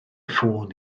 ffôn